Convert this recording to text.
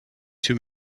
two